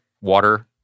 water